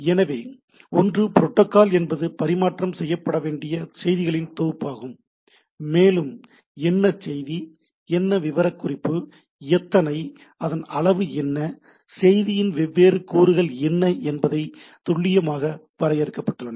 எனவே ஒன்று புரோட்டோகால் என்பது பரிமாற்றம் செய்யப்பட வேண்டிய செய்திகளின் தொகுப்பாகும் மேலும் என்ன செய்தி என்ன விவரக்குறிப்பு எத்தனை அதன் அளவு என்ன செய்தியின் வெவ்வேறு கூறுகள் என்ன என்பவை துல்லியமாக வரையறுக்கப்பட்டுள்ளன